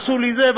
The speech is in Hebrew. עשו לי זה,